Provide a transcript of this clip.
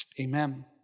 Amen